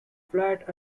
flat